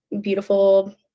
beautiful